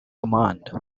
command